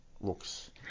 looks